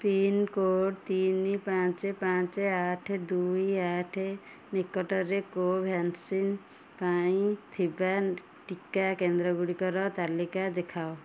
pincode ତିନି ପାଞ୍ଚ ପାଞ୍ଚ ଆଠ ଦୁଇ ଆଠ ନିକଟରେ କୋଭ୍ୟାକ୍ସିନ୍ ପାଇଁ ଥିବା ଟିକା କେନ୍ଦ୍ରଗୁଡ଼ିକର ତାଲିକା ଦେଖାଅ